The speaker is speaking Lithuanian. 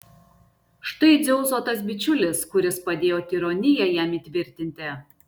štai dzeuso tas bičiulis kuris padėjo tironiją jam įtvirtinti